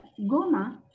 Goma